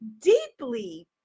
deeply